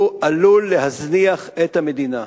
הוא עלול להזניח את המדינה.